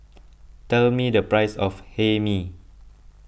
tell me the price of Hae Mee